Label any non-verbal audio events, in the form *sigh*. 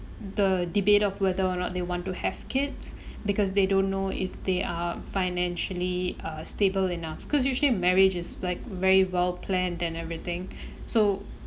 the debate of whether or not they want to have kids because they don't know if they are financially uh stable enough cause usually marriage is like very well planned and everything *breath* so